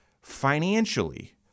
financially